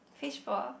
fishball ah